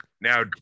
Now